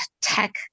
tech